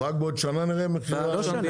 אז רק בעוד שנה אנחנו נראה אם המחירים יורדים?